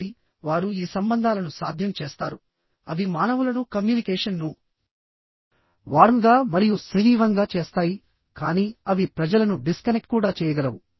కాబట్టి వారు ఈ సంబంధాలను సాధ్యం చేస్తారు అవి మానవులను కమ్యూనికేషన్ ను వార్మ్ గా మరియు సజీవంగా చేస్తాయి కానీ అవి ప్రజలను డిస్కనెక్ట్ కూడా చేయగలవు